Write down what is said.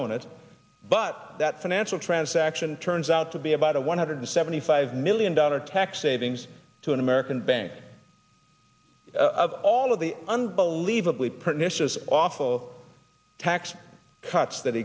it but that financial transaction turns out to be about a one hundred seventy five million dollar tax savings to an american bank of all of the unbelievably pernicious awful tax cuts that